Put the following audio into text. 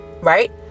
right